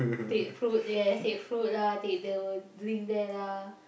take fruit yes take fruit lah take the drink there lah